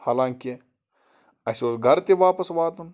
حالانٛکہِ اَسہِ اوس گَرٕ تہِ واپَس واتُن